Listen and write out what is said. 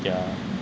yeah